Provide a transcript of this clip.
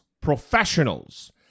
professionals